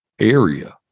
area